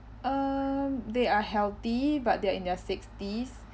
uh they are healthy but they are in their sixties